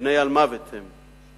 בני-אלמוות הם.